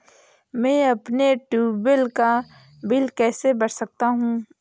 मैं अपने ट्यूबवेल का बिल कैसे भर सकता हूँ?